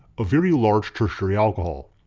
a very large tertiary alcohol.